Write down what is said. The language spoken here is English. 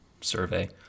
survey